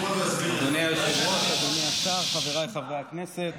אדוני היושב-ראש, אדוני השר, חבריי חברי הכנסת